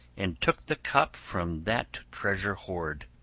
and took the cup from that treasure-hoard.